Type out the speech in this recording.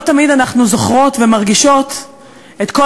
לא תמיד אנחנו זוכרות ומרגישות את כל